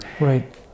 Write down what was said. right